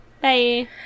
Bye